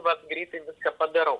vat greitai viską padarau